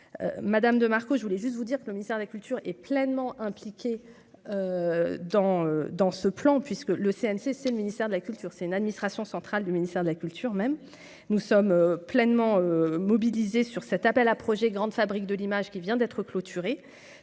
Madame de Marco, je voulais juste vous dire que le ministère de la culture est pleinement impliquée dans dans ce plan puisque le CNCC, le ministère de la culture, c'est une administration centrale du ministère de la culture même, nous sommes pleinement mobilisés sur cet appel à projets grande fabrique de l'image qui vient d'être clôturé